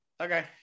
Okay